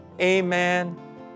Amen